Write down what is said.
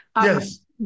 Yes